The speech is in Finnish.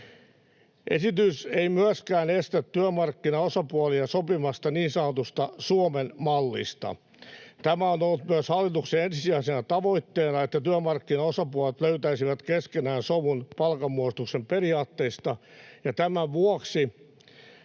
Esitys ei myöskään estä työmarkkinaosapuolia sopimasta niin sanotusta Suomen mallista. Tämä on ollut myös hallituksen ensisijaisena tavoitteena, että työmarkkinaosapuolet löytäisivät keskenään sovun palkanmuodostuksen periaatteista, ja tämän vuoksi